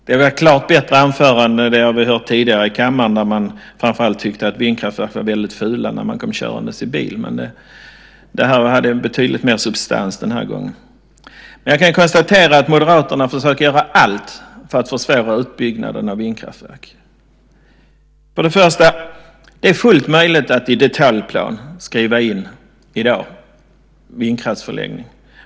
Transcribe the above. Det var ett klart bättre anförande än det vi har hört tidigare i kammaren, där man framför allt tyckte att vindkraftverken var väldigt fula när man kom körande i bil. Det var betydligt mer substans den här gången. Jag kan konstatera att Moderaterna försöker göra allt för att försvåra utbyggnaden av vindkraftverk. Det är fullt möjligt i dag att i detaljplan skriva in förläggning av vindkraftverk.